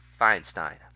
Feinstein